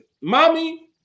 mommy